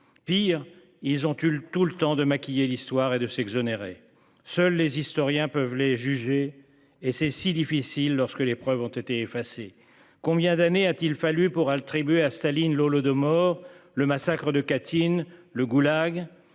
Pire, ils ont eu tout le temps de maquiller l'histoire et de s'exonérer. Seuls les historiens peuvent les juger et c'est si difficile lorsque les preuves ont été effacés. Combien d'années a-t-il fallu pour tribut à Staline l'Holodomor le massacre de Katyn le goulag